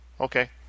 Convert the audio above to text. okay